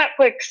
netflix